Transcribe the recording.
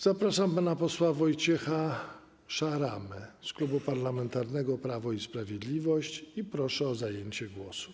Zapraszam pana posła Wojciecha Szaramę z Klubu Parlamentarnego Prawo i Sprawiedliwość i proszę o zabranie głosu.